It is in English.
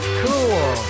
cool